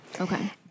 Okay